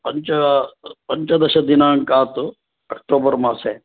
पञ्च पञ्चदश दिनाङ्कात् अक्टोबर् मासे